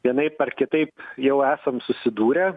vienaip ar kitaip jau esam susidūrę